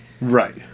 Right